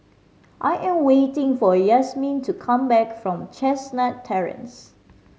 I am waiting for Yazmin to come back from Chestnut Terrace